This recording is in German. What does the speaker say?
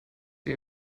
wie